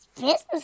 Business